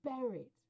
buried